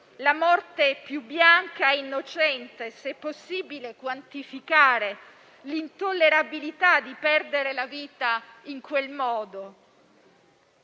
la morte più bianca e innocente, se è possibile quantificare l'intollerabilità di perdere la vita in quel modo